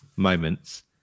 moments